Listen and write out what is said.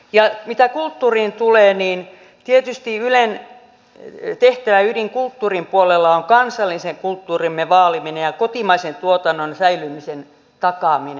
ja mitä kulttuuriin tulee niin tietysti ylen tehtävän ydin kulttuurin puolella on kansallisen kulttuurimme vaaliminen ja kotimaisen tuotannon säilymisen takaaminen